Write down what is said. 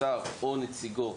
שר או נציגו,